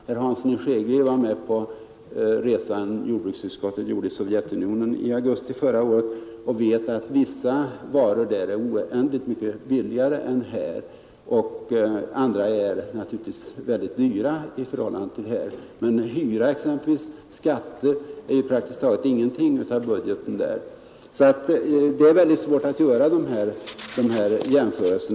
Herr Hansson i Skegrie deltog i den resa som jordbruksutskottet företog till Sovjetunionen i augusti förra året och vet att vissa varor där är oändligt mycket billigare än här, medan andra är mycket dyra i förhållande till priserna här i Sverige. Hyra och skatter tar exempelvis nästan ingenting av människornas budget i Sovjetunionen. Det är därför mycket svårt att göra sådana jämförelser.